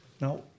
Now